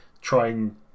trying